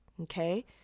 okay